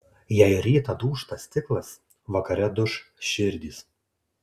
jei rytą dūžta stiklas vakare duš širdys